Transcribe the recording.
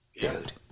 Dude